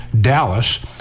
Dallas-